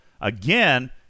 Again